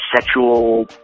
sexual